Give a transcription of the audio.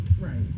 right